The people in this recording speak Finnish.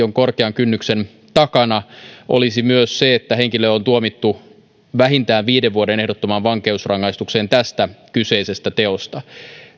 on luonnollisesti korkean kynnyksen takana olisi myös se että henkilö on tuomittu vähintään viiden vuoden ehdottomaan vankeusrangaistukseen tästä kyseisestä teosta